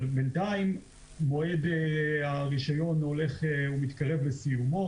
אבל בינתיים מועד הרישיון הולך ומתקרב לסיומו.